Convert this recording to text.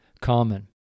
common